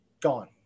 gone